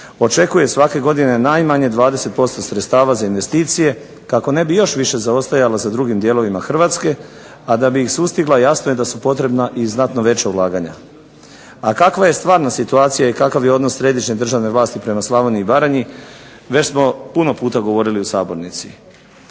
očekuje svake godine najmanje 20% sredstava za investicije kako ne bi još više zaostajala za drugim dijelovima Hrvatske, a da bi ih sustigla jasno je da su potrebna i znatno veća ulaganja. A kakva je stvarna situacija i kakav je odnos središnje državne vlasti prema Slavoniji i Baranji već smo puno puta govorili u sabornici.